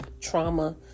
trauma